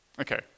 Okay